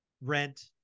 Rent